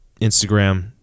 Instagram